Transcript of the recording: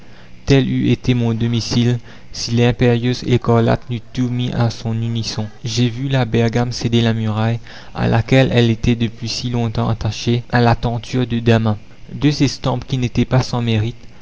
tel eût été mon domicile si l'impérieuse écarlate n'eût tout mis à son unisson j'ai vu la bergame céder la muraille à laquelle elle était depuis si longtemps attachée à la tenture de damas deux estampes qui n'étaient pas sans mérite